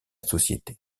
société